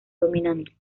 dominante